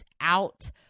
out